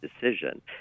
decision